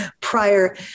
prior